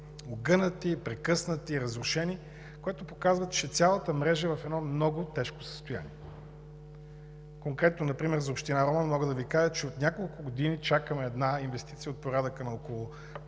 огънати, прекъснати, разрушени, което показва, че цялата мрежа е в едно много тежко състояние. Конкретно например за община Роман мога да Ви кажа, че от няколко години чакаме една инвестиция от порядъка на около